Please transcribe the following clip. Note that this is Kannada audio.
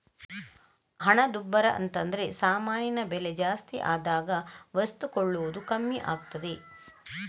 ಹಣದುಬ್ಬರ ಅಂತದ್ರೆ ಸಾಮಾನಿನ ಬೆಲೆ ಜಾಸ್ತಿ ಆದಾಗ ವಸ್ತು ಕೊಳ್ಳುವುದು ಕಮ್ಮಿ ಆಗ್ತದೆ